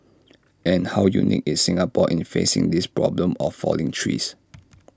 and how unique is Singapore in facing this problem of falling trees